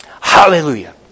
Hallelujah